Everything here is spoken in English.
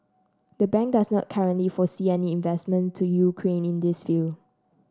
the bank does not currently foresee any investment to Ukraine in this field